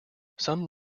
some